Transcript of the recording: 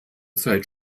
zeit